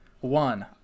One